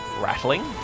rattling